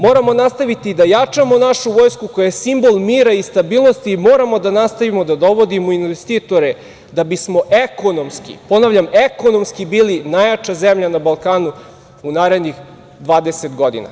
Moramo nastaviti da jačamo našu vojsku koja je simbol mira i stabilnosti i moramo da nastavimo da dovodimo investitore da bismo ekonomski, ponavljam ekonomski, bili najjača zemlja na Balkanu u narednih 20 godina.